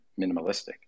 minimalistic